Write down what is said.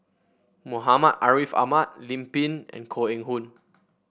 Muhammad Ariff Ahmad Lim Pin and Koh Eng Hoon